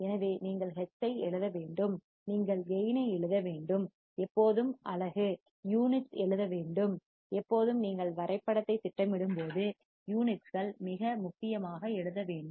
எனவே நீங்கள் ஹெர்ட்ஸை எழுத வேண்டும் நீங்கள் கேயின் ஐ எழுத வேண்டும் எப்போதும் அலகு யூனிட்ஸ் எழுத வேண்டும் எப்போதும் நீங்கள் வரைபடத்தைத் திட்டமிடும்போது அலகுகளை யூனிட்ஸ் மிக முக்கியமாக எழுத வேண்டும்